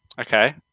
Okay